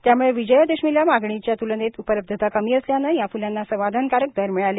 त्यामुळे विजया दशमीला मागणीच्या तुलनेत उपलब्धता कमी असल्याने या फ्लांना समाधानकारक दर मिळाले